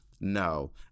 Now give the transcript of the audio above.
No